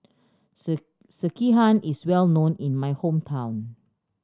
sekihan is well known in my hometown